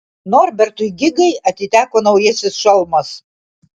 norbertui gigai atiteko naujasis šalmas